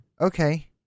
Okay